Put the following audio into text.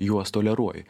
juos toleruoji